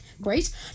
Great